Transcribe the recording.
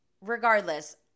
Regardless